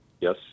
Yes